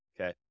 Okay